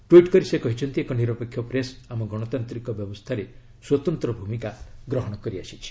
tweet କରି ସେ କହିଛନ୍ତି ଏକ ନିରପେକ୍ଷ ପ୍ରେସ୍ ଆମ ଗଣତାନ୍ତ୍ରିକ ବ୍ୟବସ୍ଥାରେ ସ୍ୱତନ୍ତ୍ର ଭୂମିକା ଗ୍ରହଣ କରିଆସିଛି